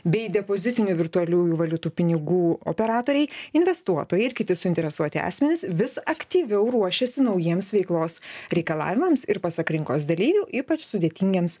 bei depozitinių virtualiųjų valiutų pinigų operatoriai investuotojai ir kiti suinteresuoti asmenys vis aktyviau ruošiasi naujiems veiklos reikalavimams ir pasak rinkos dalyvių ypač sudėtingiems